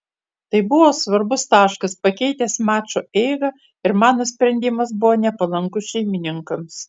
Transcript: tai buvo svarbus taškas pakeitęs mačo eigą ir mano sprendimas buvo nepalankus šeimininkams